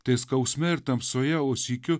tai skausme ir tamsoje o sykiu